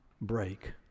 break